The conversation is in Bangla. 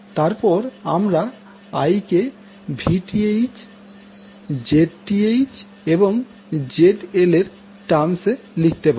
তারপর আমরা I কে Vth Zth এবং ZL এর টার্মসে লিখতে পারি